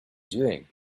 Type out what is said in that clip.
doing